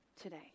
today